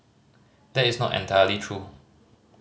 that is not entirely true